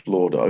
Lord